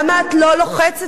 למה את לא לוחצת?